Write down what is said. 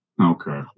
Okay